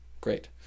great